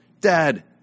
dad